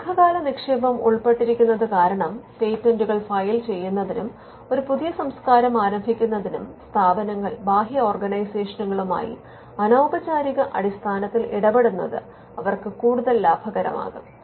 ദീർഘകാല നിക്ഷേപം ഉൾപ്പെട്ടിരിക്കുന്നത് കാരണം പേറ്റന്റുകൾ ഫയൽ ചെയ്യുന്നതിനും ഒരു പുതിയ സംസ്കാരം ആരംഭിക്കുന്നതിനും സ്ഥാപനങ്ങൾ ബാഹ്യ ഓർഗനൈസേഷനുകളുമായി അനൌപചാരിക അടിസ്ഥാനത്തിൽ ഇടപെടുന്നത് അവർക്ക് കൂടുതൽ ലാഭകരമാകും